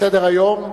בסדר-היום.